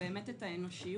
זה באמת את האנושיות,